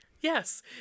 Yes